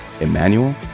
Emmanuel